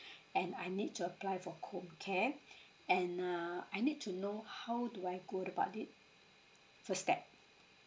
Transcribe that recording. and I need to apply for homecare and err I need to know how do I go about it first step